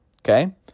okay